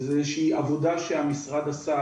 וזו איזו שהיא עבודה שהמשרד עשה,